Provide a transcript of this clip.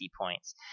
points